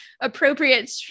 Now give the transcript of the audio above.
appropriate